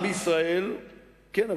כן,